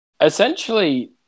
essentially